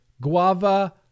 guava